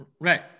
Right